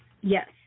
Yes